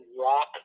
rock